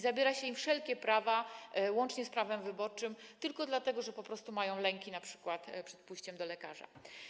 Zabiera się im wszelkie prawa, łącznie z prawem wyborczym, tylko dlatego, że po prostu mają lęki, np. przed pójściem do lekarza.